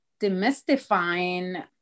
demystifying